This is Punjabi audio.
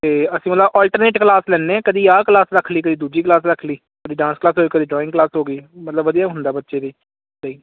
ਤੇ ਅਸੀਂ ਮਾ ਅਲਟਨੇਟਿਵ ਕਲਾਸ ਲੈਦੇ ਆ ਕਦੀ ਆਹ ਕਲਾਸ ਰੱਖ ਲਈ ਕਦੀ ਦੂਜੀ ਕਲਾਸ ਰੱਖ ਲਈ ਕਦੀ ਡਾਂਸ ਕਲਾਸਿਸ ਕਦੀ ਡਰੋਇੰਗ ਕਲਾਸ ਹੋ ਗਈ ਮਤਲਬ ਵਧੀਆ ਹੁੰਦਾ ਬੱਚੇ ਦੇ ਲਈ